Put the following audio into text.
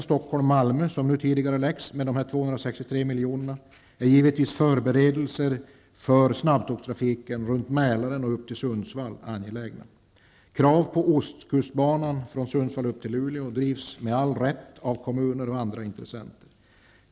Stockholm--Malmö, som nu tidigareläggs i och med att 263 milj.kr. avsätts, är givetvis förberedelser för snabbtågstrafiken runt Mälaren och upp till Sundsvall upp till Luleå, drivs med all rätt av kommuner och andra intressenter.